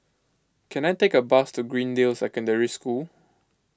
can I take a bus to Greendale Secondary School